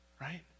right